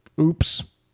Oops